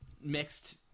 mixed